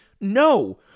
No